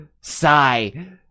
Sigh